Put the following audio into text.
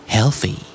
Healthy